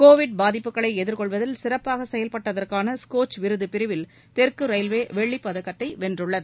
Covid பாதிப்புகளை எதிர்கொள்வதில் சிறப்பாக செயல்பட்டதற்கான ஸ்கோச் விருது பிரிவில் தெற்கு ரயில்வே வெள்ளிப் பதக்கத்தை வென்றுள்ளது